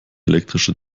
elektrische